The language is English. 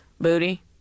booty